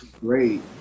great